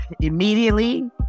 Immediately